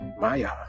Maya